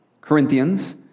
Corinthians